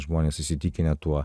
žmonės įsitikinę tuo